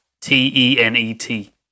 T-E-N-E-T